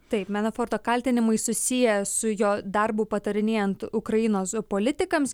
taip menoforto kaltinimai susiję su jo darbu patarinėjant ukrainos politikams